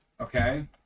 Okay